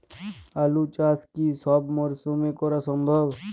আলু চাষ কি সব মরশুমে করা সম্ভব?